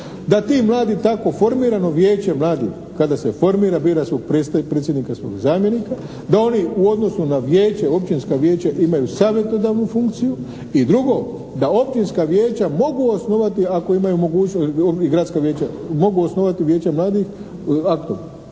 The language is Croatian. da ti mladi tako formirano vijeće mladih kada se formira bira svog predsjednika, svog zamjenika, da oni u odnosu na vijeće, općinska vijeća imaju savjetodavnu funkciju i drugo, da općinska vijeća mogu osnovati ako imaju mogućnosti i gradska vijeća mogu osnovati vijeća mladih aktom.